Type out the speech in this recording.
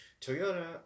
Toyota